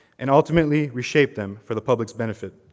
and ultimately reshape them for the public's benefit.